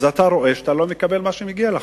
אז אתה רואה שאתה לא מקבל מה שמגיע לך.